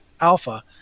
Alpha